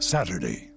Saturday